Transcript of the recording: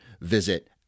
visit